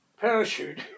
parachute